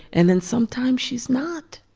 and then sometimes, she's not.